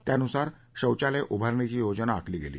त्यानुसार शौचालय उभारणीची योजना आखली गेली